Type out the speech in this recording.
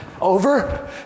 over